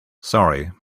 sorry